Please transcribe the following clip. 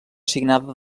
signada